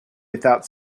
without